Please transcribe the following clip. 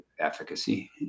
efficacy